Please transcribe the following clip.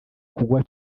kugwa